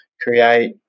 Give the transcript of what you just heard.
create